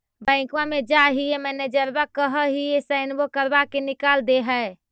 बैंकवा मे जाहिऐ मैनेजरवा कहहिऐ सैनवो करवा के निकाल देहै?